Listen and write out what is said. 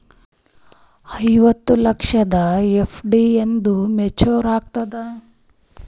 ಐವತ್ತು ಲಕ್ಷದ ಎಫ್.ಡಿ ಎಂದ ಮೇಚುರ್ ಆಗತದ?